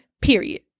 period